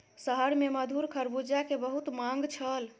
शहर में मधुर खरबूजा के बहुत मांग छल